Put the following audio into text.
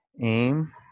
Aim